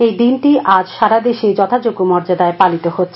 এই দিনটি আজ সারা দেশে যখাযোগ্য মর্যাদায় পালিত হচ্ছে